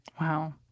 Wow